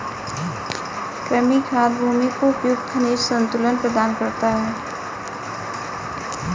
कृमि खाद भूमि को उपयुक्त खनिज संतुलन प्रदान करता है